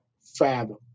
fathom